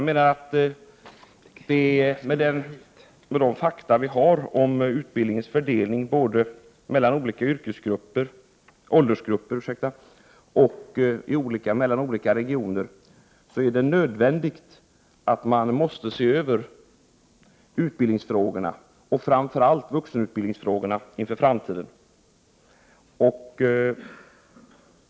Med de fakta vi har om utbildningens fördelning både mellan olika åldersgrupper och mellan olika regioner är det nödvändigt att se över utbildningsfrågorna inför framtiden, framför allt vuxenutbildningsfrågorna.